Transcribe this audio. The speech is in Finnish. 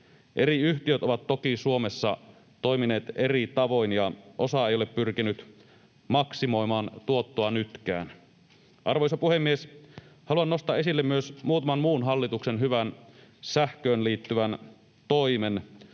Eri yhtiöt ovat toki Suomessa toimineet eri tavoin, ja osa ei ole pyrkinyt maksimoimaan tuottoa nytkään. Arvoisa puhemies! Haluan nostaa esille myös muutaman muun hallituksen hyvän sähköön liittyvän toimen.